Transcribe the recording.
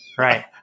right